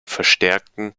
verstärkten